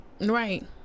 Right